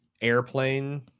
Airplane